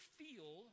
feel